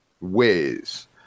ways